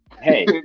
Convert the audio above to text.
Hey